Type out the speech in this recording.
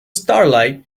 starlight